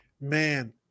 Man